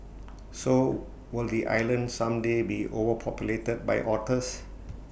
so will the island someday be overpopulated by otters